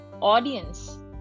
audience